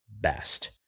best